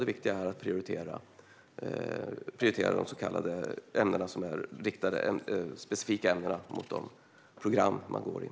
Det viktiga är att prioritera de specifika ämnen som är riktade mot de program man går på.